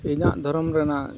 ᱤᱧᱟᱹᱜ ᱫᱷᱚᱨᱚᱢ ᱨᱮᱱᱟᱜ